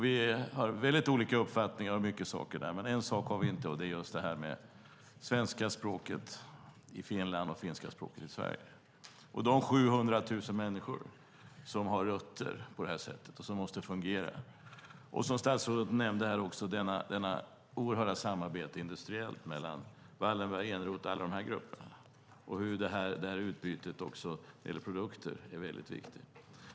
Vi har väldigt olika uppfattningar om mycket där, men inte om en sak, och det är just det här med svenska språket i Finland och finska språket i Sverige och de 700 000 människor som har rötter på det här sättet och som måste fungera. Statsrådet nämnde också det oerhörda samarbetet industriellt mellan Wallenberg, Ehrnrooth och alla de här grupperna och hur det här utbytet också när det gäller produkter är väldigt viktigt.